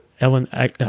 Ellen